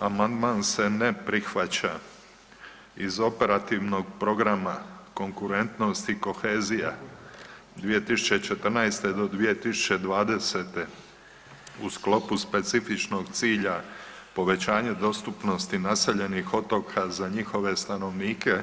Amandman se ne prihvaća iz Operativnog programa konkurentnosti i kohezija 2014. do 2020. u sklopu specifičnog cilja povećanja dostupnosti naseljenih otoka za njihove stanovnike